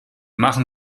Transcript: machen